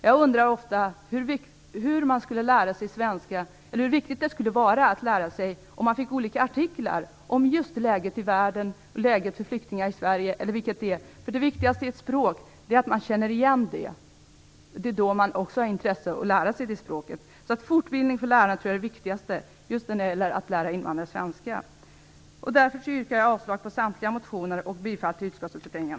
Jag undrar ofta hur viktigt det skulle kännas att lära sig svenska om man t.ex. fick olika artiklar om just läget i världen och läget för flyktingar i Sverige. Det viktigaste för många är att man känner igen språket. Det är då man har intresse av att lära sig det språket. Jag tror alltså att fortbildning för lärarna är det viktigaste just när det gäller att lära invandrare svenska. Jag yrkar avslag på samtliga reservationer och bifall till utskottets hemställan.